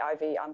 IV